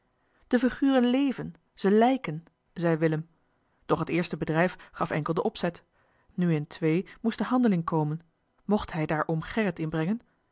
de figuren leven ze lijken zei willem doch het eerste bedrijf gaf enkel den opzet nu in ii moest de handeling komen mocht hij daar